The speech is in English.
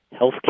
healthcare